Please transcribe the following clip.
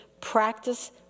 practice